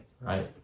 right